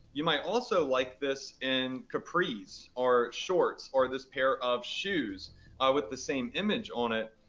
you might also like this in capris or shorts or this pair of shoes with the same image on it,